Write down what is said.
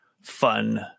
fun